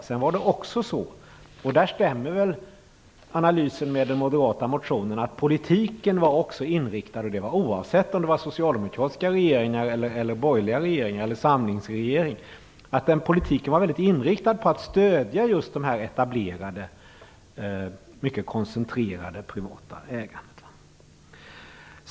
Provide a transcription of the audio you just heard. Dessutom var det också så, och där stämmer analysen med den moderata motionen, att politiken också var väldigt inriktad på att stödja just det etablerade, mycket koncentrerade privata ägandet. Det gällde oavsett om det var socialdemokratiska regeringar, borgerliga regeringar eller samlingsregeringar.